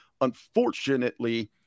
Unfortunately